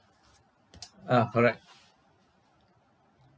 ah correct